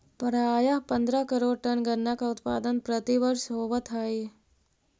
प्रायः पंद्रह करोड़ टन गन्ना का उत्पादन प्रतिवर्ष होवत है